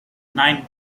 nine